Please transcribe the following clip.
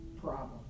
problem